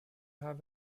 have